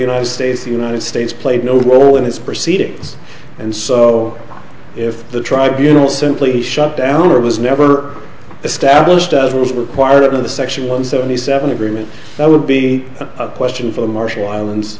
united states the united states played no role in its proceedings and so if the tribunals simply shut down or was never established as was required of the section one seventy seven agreement that would be a question for the marshall islands